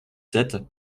sept